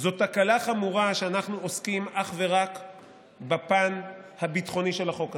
זו תקלה חמורה שאנחנו עוסקים אך ורק בפן הביטחוני של החוק הזה.